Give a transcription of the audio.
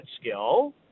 skill